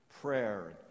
prayer